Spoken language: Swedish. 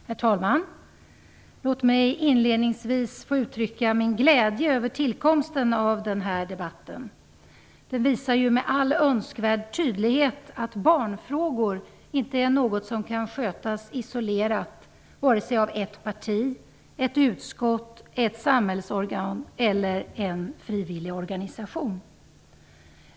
Herr talman! Låt mig inledningsvis få uttrycka min glädje över tillkomsten av denna debatt. Den visar med all önskvärd tydlighet att barnfrågor inte är något som kan skötas isolerat vare sig av ett parti, ett utskott eller ett samhällsorgan eller av en frivillig organisation.